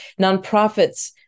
Nonprofits